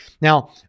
Now